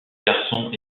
garçon